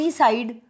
side